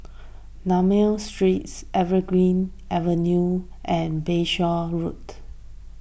D'Almeida Street Evergreen Avenue and Bayshore Road